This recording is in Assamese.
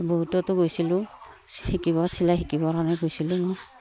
ৰৌতাটো গৈছিলোঁ শিকিব চিলাই শিকিবৰ কাৰণে গৈছিলোঁ মই